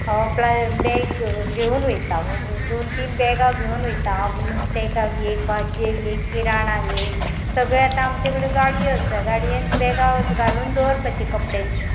प्ला बॅग घेवन वयता दोन तीन बॅगां घेवन वयता नुस्तें कागे भाजयेक एक किराणांक एक सगळें आतां आमचे कडेन गाडयो आसा गाडयेन बॅगां घालून दवरपाची कपड्याची